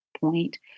point